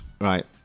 right